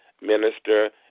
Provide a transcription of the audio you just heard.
Minister